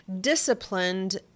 disciplined